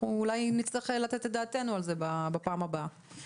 זה אנחנו אולי נצטרך לתת את דעתנו על זה בפעם הבאה.